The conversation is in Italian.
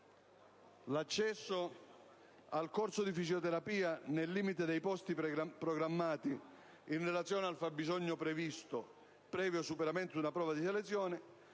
l'accesso al corso di fisioterapia nel limite dei posti programmati in relazione al fabbisogno previsto, previo superamento della prova di selezione;